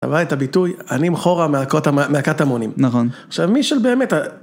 אתה רואה את הביטוי, אני מחורע מהקטמונים. נכון. עכשיו מי שבאמת...